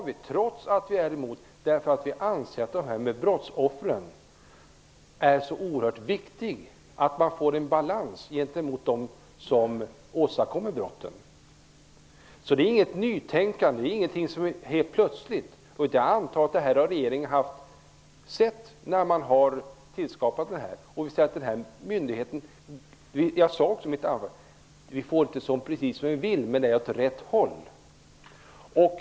Vi anser nämligen att det är så oerhört viktigt att få en balans mellan brottsoffren och dem som åsamkar brotten. Det här är inget nytänkande, ingenting som vi kommer med helt plötsligt. Jag antar att regeringen har sett det när man har tillskapat den här myndigheten. Jag sade i mitt anförande att vi inte får precis som vi vill, men att det är åt rätt håll.